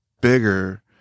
bigger